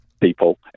people